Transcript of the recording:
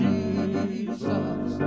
Jesus